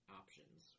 options